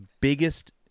biggest